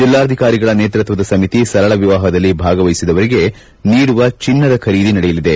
ಜಿಲ್ಲಾಧಿಕಾರಿಗಳ ನೇತೃಕ್ಷದ ಸಮಿತಿ ಸರಳ ವಿವಾಹದಲ್ಲಿ ಭಾಗವಹಿಸುವವರಿಗೆ ನೀಡುವ ಚಿನ್ನದ ಖರೀದಿ ನಡೆಸಲಿದೆ